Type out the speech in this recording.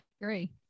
agree